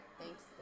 thanks